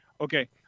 Okay